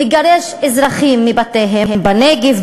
לגרש אזרחים מבתיהם בנגב,